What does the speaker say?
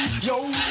yo